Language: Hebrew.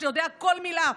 שאתה יודע כל מילה.